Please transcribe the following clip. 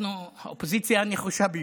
אנחנו האופוזיציה הנחושה ביותר,